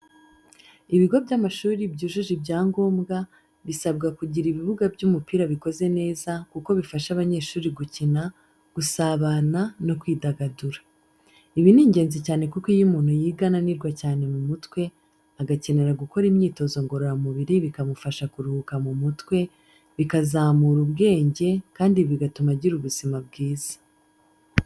Ibigo by’amashuri byujuje ibyangombwa, bisabwa kugira ibibuga by’umupira bikoze neza kuko bifasha abanyeshuri gukina, gusabana no kwidagadura. Ibi ni ingenzi cyane kuko iyo umuntu yiga ananirwa cyane mu mutwe, agakenera gukora imyitozo ngororamubiri bikamufasha kuruhuka mu mutwe, bikazamura ubwenge kandi bigatuma agira ubuzima bwiza.